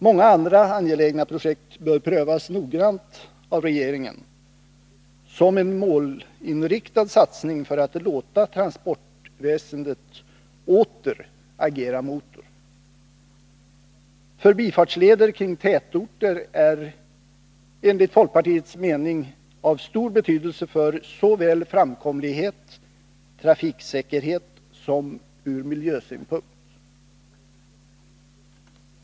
Många andra angelägna projekt bör prövas noggrant av regeringen, som en målinriktad satsning för att låta transportväsendet åter agera motor. Förbifartsleder kring tätorter är enligt folkpartiets mening av stor betydelse såväl för framkomlighet och trafiksäkerhet som från miljösyn punkt.